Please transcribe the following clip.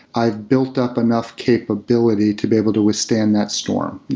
i've built up enough capability to be able to withstand that storm.